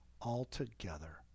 altogether